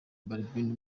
balbine